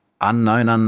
unknown